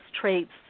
traits